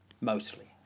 Mostly